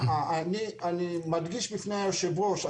אני מדגיש בפני היושב ראש,